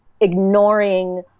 ignoring